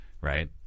right